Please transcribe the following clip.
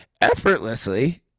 effortlessly